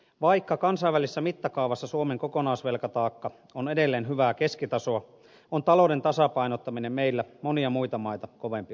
vaikka kansainvälisessä mittakaavassa suomen kokonaisvelkataakka on edelleen hyvää keskitasoa on talouden tasapainottaminen meillä monia muita maita kovempi urakka